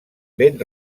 ben